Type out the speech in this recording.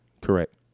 Correct